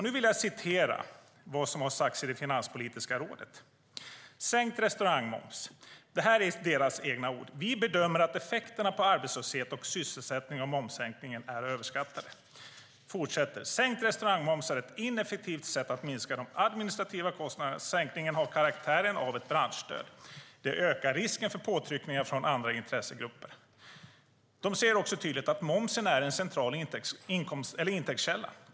Nu vill jag återge Finanspolitiska rådets egna ord: Vi bedömer att effekterna på arbetslöshet och sysselsättning av momssänkningen är överskattade. Sänkt restaurangmoms är ett ineffektivt sätt att minska de administrativa kostnaderna. Sänkningen har karaktären av ett branschstöd. Det ökar risken för påtryckningar från andra intressegrupper. De säger också tydligt att momsen är en central intäktskälla.